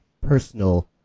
personal